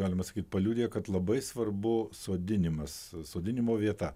galima sakyt paliudija kad labai svarbu sodinimas sodinimo vieta